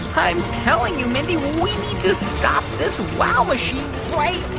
i'm telling you, mindy, we need to stop this wow machine right